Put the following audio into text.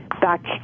back